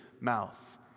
mouth